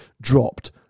dropped